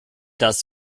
das